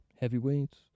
Heavyweights